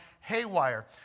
haywire